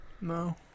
No